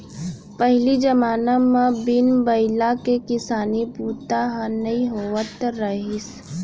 पहिली जमाना म बिन बइला के किसानी बूता ह नइ होवत रहिस